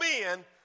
men